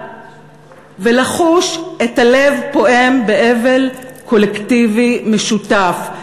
ולחוש את הלב פועם באבל קולקטיבי משותף,